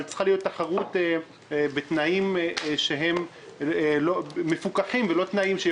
אבל צריכה להיות תחרות בתנאים מפוקחים ולא תנאים כאלה שהם